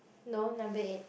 no number eight